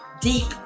deep